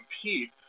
compete